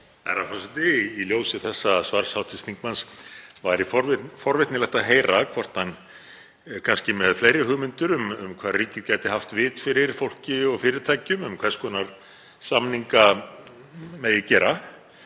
Herra forseti. Í ljósi þessa svars hv. þingmanns væri forvitnilegt að heyra hvort hann er kannski með fleiri hugmyndir um hvar ríkið gæti haft vit fyrir fólki og fyrirtækjum um hvers konar samninga megi gera.